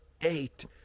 eight